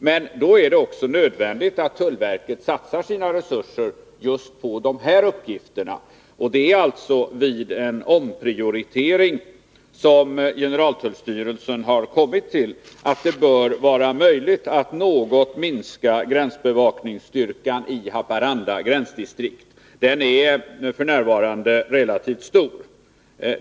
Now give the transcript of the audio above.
Men då är det också nödvändigt att tullverket satsar sina resurser just på de här arbetsuppgifterna, och det är vid en omprioritering som generaltullstyrelsen har kommit fram till att det bör vara möjligt att något minska gränsbevakningsstyrkan i Haparanda gränsdistrikt. Den är f. n. relativt stor.